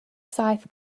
saith